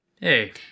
Hey